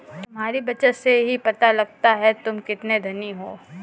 तुम्हारी बचत से ही पता लगता है तुम कितने धनी हो